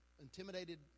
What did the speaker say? intimidated